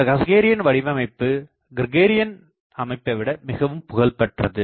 இந்த கஸக்ரேயன் வடிவமைப்பு கிர்கேரியன் அமைப்பைவிட மிகவும் புகழ்பெற்றது